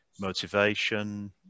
motivation